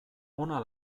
ona